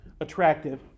attractive